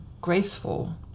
graceful